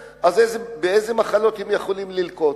באיזה מחלות הם יכולים ללקות.